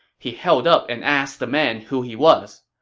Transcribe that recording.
he held up and asked the man who he was.